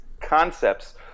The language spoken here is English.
concepts